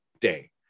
day